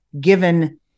given